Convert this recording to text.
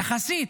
יחסית,